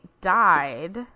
died